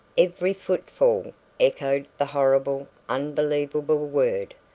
every footfall echoed the horrible, unbelievable word.